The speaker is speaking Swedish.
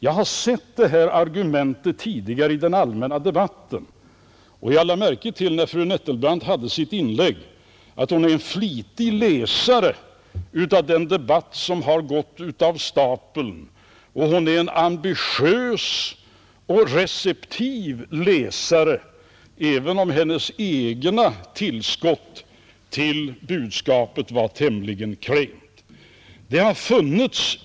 Jag har sett det här argumentet tidigare i den allmänna debatten, och jag lade märke till, när fru Nettelbrandt gjorde sitt inlägg, att hon är flitig läsare av den debatt som har gått av stapeln och att hon är en ambitiös och receptiv läsare, även om hennes eget tillskott till budskapet var tämligen klent.